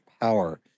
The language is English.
power